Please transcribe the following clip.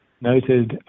noted